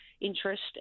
interest